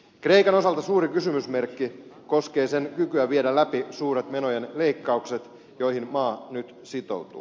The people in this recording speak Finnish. kreikan osalta suuri kysymysmerkki koskee sen kykyä viedä läpi suuret menojen leikkaukset joihin maa nyt sitoutuu